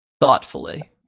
thoughtfully